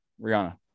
Rihanna